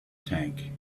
tank